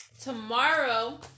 tomorrow